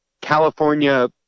California